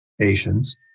patients